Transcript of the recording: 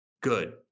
good